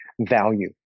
value